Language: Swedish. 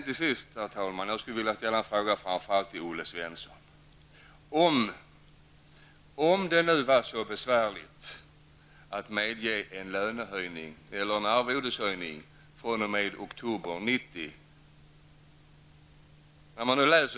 Till sist, herr talman, skulle jag vilja ställa en fråga, framför allt till Olle Svensson -- om det nu var så besvärligt att medge en arvodeshöjning fr.o.m. oktober 1990.